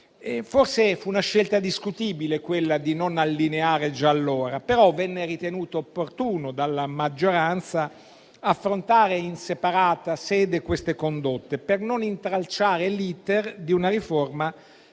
Forse fu una scelta discutibile quella di non allineare già allora, però venne ritenuto opportuno dalla maggioranza affrontare in separata sede queste condotte per non intralciare l'*iter* di una riforma